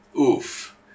Oof